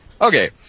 Okay